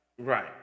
Right